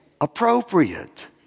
appropriate